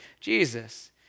Jesus